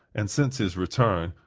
and since his return,